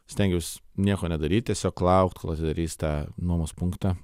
stengiaus nieko nedaryt tiesiog laukt kol atidarys tą nuomos punktą